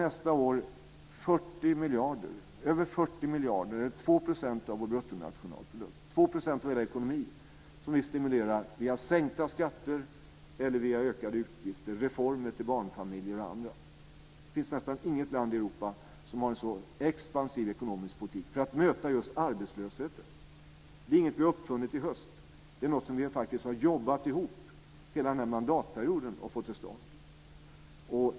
Nästa år kommer vi att ha över 40 miljarder, - 2 % av vår bruttonationalprodukt, 2 % av hela vår ekonomi - till stimulansåtgärder: sänkta skatter, ökade utgifter, reformer för barnfamiljer och andra. Det finns nästan inget annat land i Europa som har en så expansiv ekonomisk politik för att möta just arbetslösheten. Det är inget som vi har uppfunnit under hösten, utan det har vi jobbat för att få till stånd under hela mandatperioden.